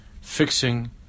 Fixing